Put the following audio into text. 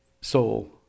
soul